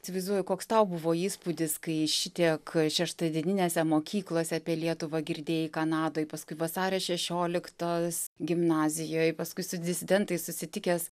įsivaizduoju koks tau buvo įspūdis kai šitiek šeštadieninėse mokyklose apie lietuvą girdėjai kanadoj paskui vasario šešioliktos gimnazijoj paskui su disidentais susitikęs